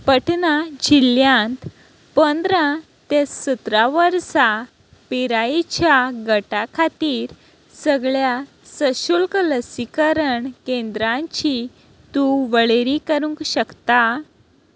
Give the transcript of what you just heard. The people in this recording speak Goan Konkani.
पटना जिल्ल्यांत पंदरा ते सतरा वर्सां पिरायेच्या गटा खातीर सगळ्या सशुल्क लसीकरण केंद्रांची तूं वळेरी करूंक शकता